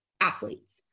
athletes